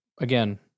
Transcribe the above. again